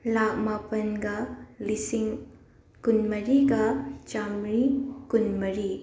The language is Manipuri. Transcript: ꯂꯥꯛ ꯃꯥꯄꯟꯒ ꯂꯤꯁꯤꯡ ꯀꯨꯟꯃꯔꯤꯒ ꯆꯥꯃ꯭ꯔꯤ ꯀꯨꯟꯃꯔꯤ